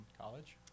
college